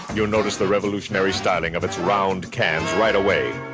you'll notice the revolutionary styling of its round cans right away,